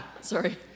Sorry